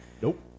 nope